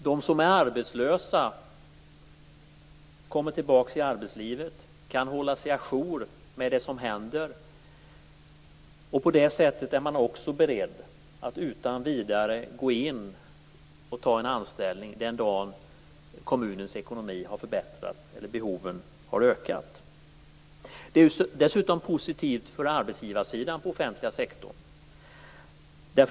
De som är arbetslösa kommer tillbaka i arbetslivet och kan hålla sig à jour med det som händer, och på det sättet är de också beredda att utan vidare ta en anställning den dag då kommunens ekonomi har förbättrats eller behoven har ökat. Det är dessutom positivt för arbetsgivarsidan inom den offentliga sektorn.